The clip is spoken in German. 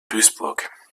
duisburg